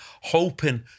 hoping